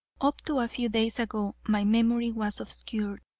up to a few days ago my memory was obscured,